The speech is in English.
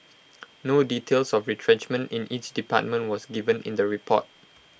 no details of retrenchment in each department was given in the report